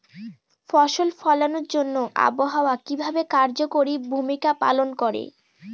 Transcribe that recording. ফসল ফলানোর জন্য আবহাওয়া কিভাবে কার্যকরী ভূমিকা পালন করে?